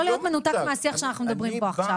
לא להיות מנותק מהשיח שאנחנו מדברים פה עכשיו.